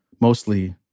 Mostly